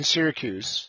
Syracuse